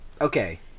Okay